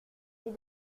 lui